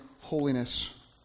holiness